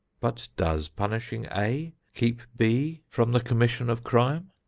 but does punishing a keep b from the commission of crime?